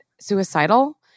suicidal